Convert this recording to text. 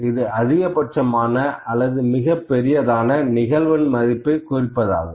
இது அதிகபட்சமான அல்லது மிகப்பெரியதான நிகழ்வெண் மதிப்பை குறிப்பிடுவதாகும்